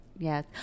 Yes